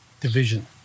Division